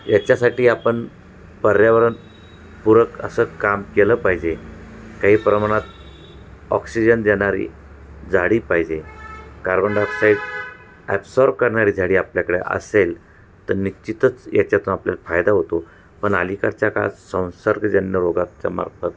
याच्यासाठी आपण पर्यावरणपूरक असं काम केलं पाहिजे काही प्रमाणात ऑक्सिजन देणारी झाडी पाहिजे कार्बन डायऑक्साईड ॲबसॉर्ब करणारी झाडी आपल्याकडे असेल तर निश्चितच याच्यातून आपल्याला फायदा होतो पण अलीकडच्या काळात संसर्गजन्य रोगाच्या मार्फत